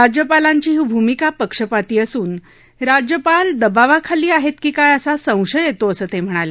राज्यपालांची ही भूमिका पक्षपाती असून राज्यपाल दबावाखाली आहेत की काय असा संशय येतो असं ते म्हणाले